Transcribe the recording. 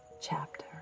chapter